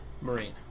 marine